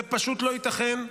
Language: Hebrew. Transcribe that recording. זה פשוט לא ייתכן.